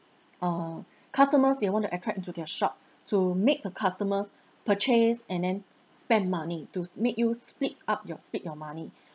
uh customers they want to attract into their shop to make the customers purchase and then spend money to make you split up your split your money